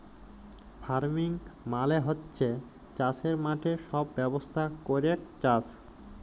farming মালে হচ্যে চাসের মাঠে সব ব্যবস্থা ক্যরেক চাস